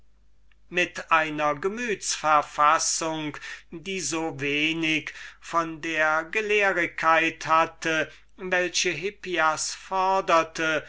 mit einer gemütsverfassung die so wenig von der gelehrigkeit hatte welche hippias foderte